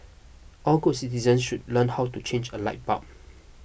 all good citizen should learn how to change a light bulb